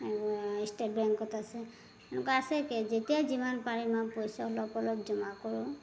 state বেংকত আছে এনেকুৱা আছে কি যেতিয়া যিমান পাৰি মই পইচা অলপ অলপ জমা কৰোঁ